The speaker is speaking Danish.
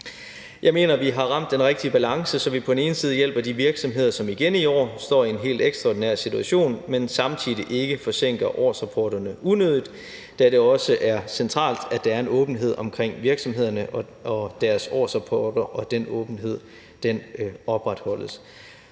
Jeg mener, vi har ramt den rigtige balance, så vi på den ene side hjælper de virksomheder, som igen i år står i en helt ekstraordinær situation, men samtidig ikke forsinker årsrapporterne unødigt, da det også er centralt, at der er en åbenhed omkring virksomhederne og deres årsrapporter, og at den åbenhed opretholdes.